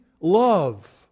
love